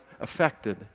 affected